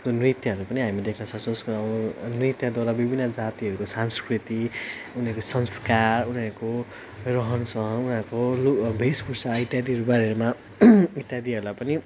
नृत्यहरू पनि हामी देख्न सक्छौँ जसको नृत्यद्वारा विभिन्न जातिहरूको सांसकृति उनीहरूको संस्कार उनीहरूको रहन सहन उनीहरूको लु भेषभुषा इत्यादिहरू बारेमा इत्यादिहरूलाई पनि